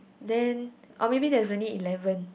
then or maybe there's a twenty eleven